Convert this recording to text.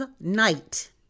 night